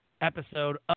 episode